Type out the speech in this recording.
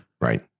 right